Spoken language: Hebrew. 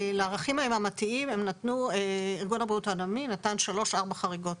לערכים היממתיים ארגון הבריאות העולמי נתן 3-4 חריגות